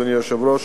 אדוני היושב-ראש.